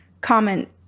comment